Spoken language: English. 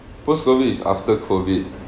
post COVID is after COVID